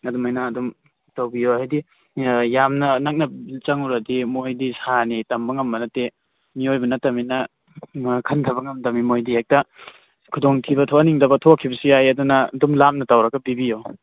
ꯑꯗꯨꯃꯥꯏꯅ ꯑꯗꯨꯝ ꯇꯧꯕꯤꯌꯣ ꯍꯥꯏꯗꯤ ꯌꯥꯝꯅ ꯅꯛꯅ ꯆꯪꯉꯨꯔꯗꯤ ꯃꯣꯏꯗꯤ ꯁꯥꯅꯤ ꯇꯝ ꯉꯝꯕ ꯅꯠꯇꯦ ꯃꯤꯑꯣꯏꯕ ꯅꯠꯇꯃꯤꯅ ꯈꯟꯊꯕ ꯉꯝꯗꯃꯤ ꯃꯣꯏꯗꯤ ꯍꯦꯛꯇ ꯈꯨꯗꯣꯡ ꯊꯤꯕ ꯊꯣꯛꯍꯟꯅꯤꯡꯗꯕ ꯊꯣꯛꯈꯤꯕꯁꯨ ꯌꯥꯏ ꯑꯗꯨꯅ ꯑꯗꯨꯝ ꯂꯥꯞꯅ ꯇꯧꯔꯒ ꯄꯤꯕꯤꯌꯨ